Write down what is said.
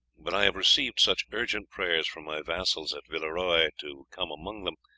but i have received such urgent prayers from my vassals at villeroy to come among them,